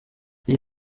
iyi